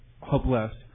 hopeless